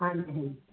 ਹਾਂਜੀ ਹਾਂਜੀ